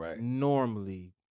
normally